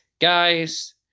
Guys